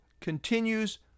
continues